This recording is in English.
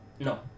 No